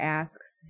asks